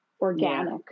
organic